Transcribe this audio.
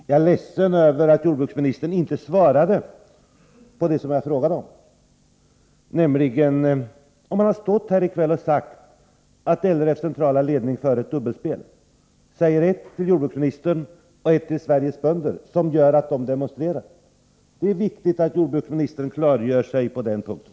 Jag är ledsen över att jordbruksministern inte svarade på det som jag frågade om, nämligen om han har stått här i kväll och sagt att LRF:s centrala ledning för ett dubbelspel, säger ett till jordbruksministern och ett annat till Sveriges bönder, vilket gör att de demonstrerar. Det är viktigt att jordbruksministern förklarar sig på den punkten.